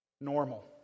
Normal